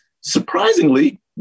surprisingly